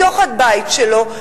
מתוך הבית שלו,